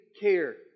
care